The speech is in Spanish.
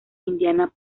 indiana